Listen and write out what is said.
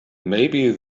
maybe